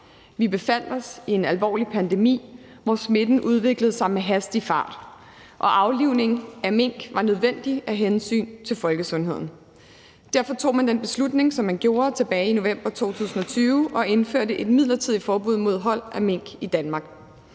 Vi befandt os i en alvorlig pandemi, hvor smitten udviklede sig hastigt og aflivning af mink var nødvendig af hensyn til folkesundheden. Derfor tog man den beslutning, som man gjorde, tilbage i november 2020 og indførte et midlertidigt forbud mod hold af mink i Danmark.